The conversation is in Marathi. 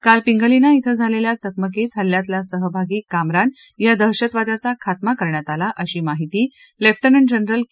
काल पिंगालीना इथं झालेल्या चकमकीत हल्ल्यातला सहभागी कामरान या दहशतवाद्याचा खात्मा करण्यात आला अशी माहिती लेप उं उं उं जनरल के